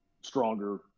stronger